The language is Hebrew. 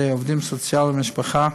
על ידי עובדים סוציאליים למשפחה